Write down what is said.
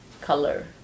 color